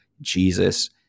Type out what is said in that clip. Jesus